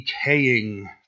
decaying